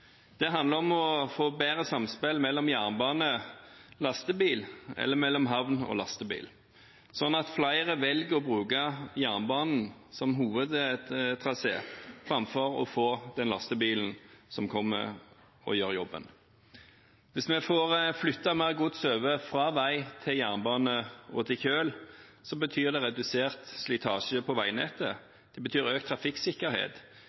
Det handler om å få et bedre samspill mellom jernbane og lastebil eller mellom havn og lastebil, sånn at flere velger å bruke jernbanen som hovedtrasé, framfor at lastebilen gjør jobben. Hvis vi får flyttet mer gods fra vei til jernbane og kjøl, betyr det redusert slitasje på veinettet, økt trafikksikkerhet